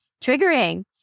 triggering